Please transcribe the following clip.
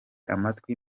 amatwi